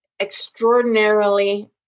extraordinarily